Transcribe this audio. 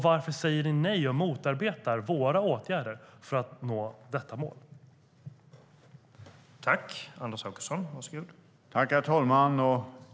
Varför säger ni nej och motarbetar våra åtgärder, som syftar till att nå detta mål?